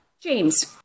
James